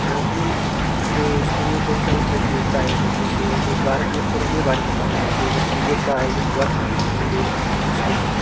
वो भी जो स्कूल में कोई सा भी प्रतियोगिता आयोजित होता है जैसे एक बार में खुद अपने बारे में बता रहा हूँ जैसे एक बार क्रिकेट का आयोजन हुआ था मेरे स्कूल में